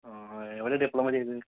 ആ എവിടെയാണ് ഡിപ്ലോമ ചെയ്തത്